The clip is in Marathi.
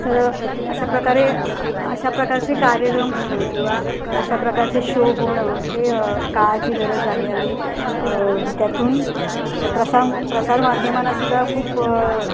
तर अशा प्रकारे अशा प्रकारचे कार्यक्रम होणं किंवा अशा प्रकारचे शो होणं हे काळाची गरज आहे आणि त्यातून प्रसार प्रसारमाध्यमांनासुद्धा खूप